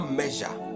measure